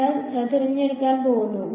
അതിനാൽ ഞങ്ങൾ തിരഞ്ഞെടുക്കാൻ പോകുന്നു